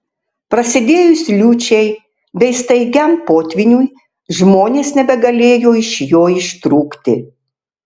prasidėjus liūčiai bei staigiam potvyniui žmonės nebegalėjo iš jo ištrūkti